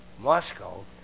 Moscow